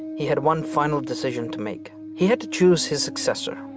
he had one final decision to make. he had to choose his successor.